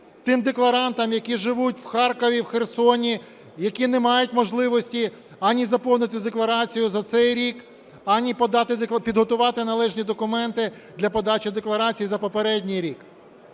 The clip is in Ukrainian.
тим декларантам, які живуть в Харкові, в Херсоні, які не мають можливості ані заповнити декларацію за цей рік, ані підготувати належні документи для подачі декларації за попередній рік.